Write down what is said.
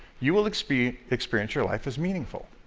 you will experience experience your life as meaningful.